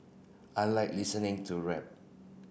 I like listening to rap